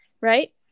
Right